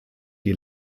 die